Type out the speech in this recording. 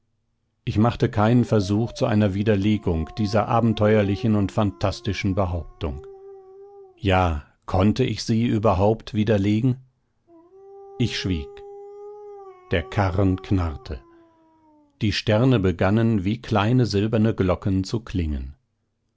ich machte keinen versuch zu einer widerlegung dieser abenteuerlichen und phantastischen behauptung ja konnte ich sie überhaupt widerlegen ich schwieg der karren knarrte die sterne begannen wie kleine silberne glocken zu klingen